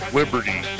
liberty